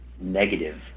negative